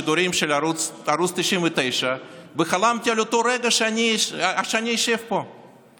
הסתכלתי בשידורים של ערוץ 99 וחלמתי על אותו רגע שבו אני אשב פה,